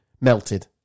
Melted